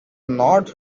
not